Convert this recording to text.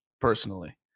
personally